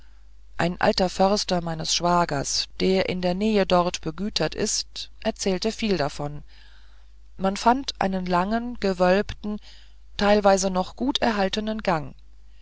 ein alter förster meines schwagers der in der nähe dort begütert ist erzählte viel davon man fand einen langen gewölbten teilweise noch gut erhaltenen gang